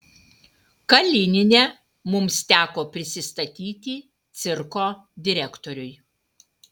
kalinine mums teko prisistatyti cirko direktoriui